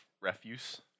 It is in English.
refuse